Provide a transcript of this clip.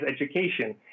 education